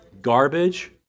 Garbage